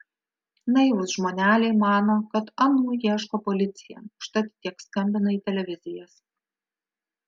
naivūs žmoneliai mano kad anų ieško policija užtat tiek skambina į televizijas